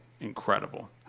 incredible